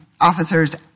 officers